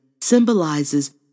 symbolizes